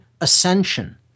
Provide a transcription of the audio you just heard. ascension